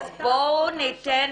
בואו ניתן